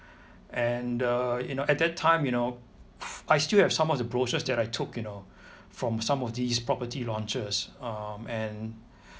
and uh you know at that time you know I still have some of the brochures that I took you know from some of these property launches um and